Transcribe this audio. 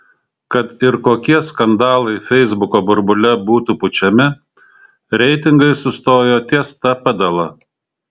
kad ir kokie skandalai feisbuko burbule būtų pučiami reitingai sustojo ties ta padala